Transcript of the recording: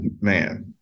man